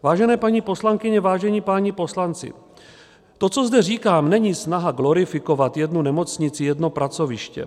Vážené paní poslankyně, vážení páni poslanci, to, co zde říkám, není snaha glorifikovat jednu nemocnici, jedno pracoviště.